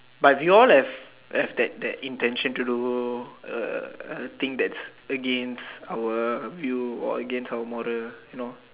but we all have have that that intention to do uh a thing that's against our view or against our moral you know